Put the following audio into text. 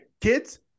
kids